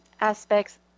aspects